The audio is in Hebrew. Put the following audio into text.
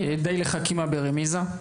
די לחכימא ברמיזא.